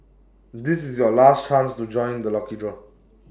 this is your last chance to join the lucky draw